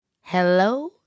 Hello